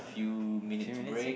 few minutes break